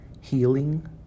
healing